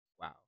Wow